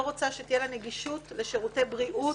רוצה שתהיה לה נגישות לשירותי בריאות,